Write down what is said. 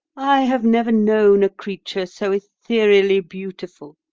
i have never known a creature so ethereally beautiful.